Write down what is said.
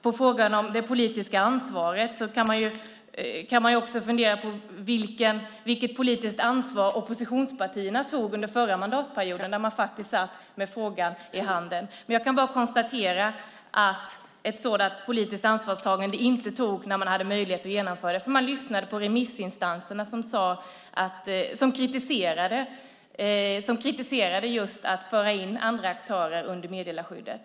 På frågan om det politiska ansvaret kan man fundera på vilket politiskt ansvar de partier som nu är i opposition tog under förra mandatperioden när man satt med frågan i handen. Jag kan bara konstatera att ett sådant politiskt ansvar inte togs när man hade möjlighet att genomföra det. Man lyssnade på remissinstanserna, som kritiserade just detta att föra in andra aktörer under meddelarskyddet.